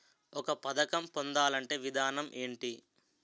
ఒక పథకం పొందాలంటే విధానం ఏంటి?